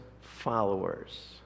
followers